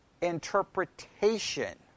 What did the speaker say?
interpretation